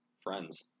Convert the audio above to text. friends